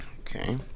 Okay